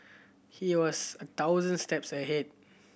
he was a thousand steps ahead